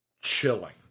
chilling